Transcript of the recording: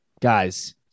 Guys